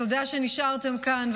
תודה שנשארתם כאן,